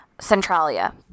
Centralia